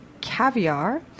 Caviar